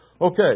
Okay